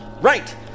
Right